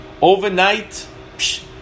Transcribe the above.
Overnight